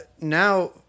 now